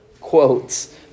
quotes